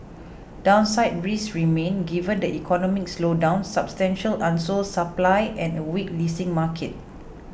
downside risks remain given the economic slowdown substantial unsold supply and a weak leasing market